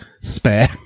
Spare